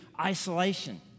isolation